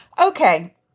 Okay